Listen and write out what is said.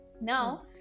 Now